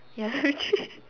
ya we three